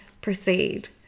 proceed